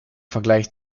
vergleich